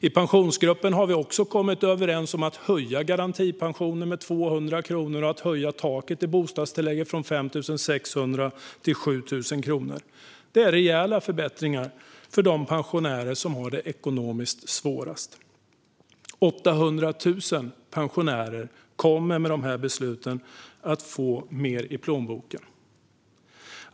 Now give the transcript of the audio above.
I Pensionsgruppen har vi också kommit överens om att höja garantipensionen med 200 kronor i månaden och att höja taket i bostadstillägget från 5 600 till 7 000 kronor. Det innebär rejäla förbättringar för de pensionärer som har det ekonomiskt svårast. I och med dessa beslut kommer 800 000 pensionärer att få mer i plånboken.